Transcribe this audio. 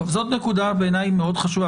זו נקודה חשובה.